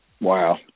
Wow